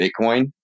Bitcoin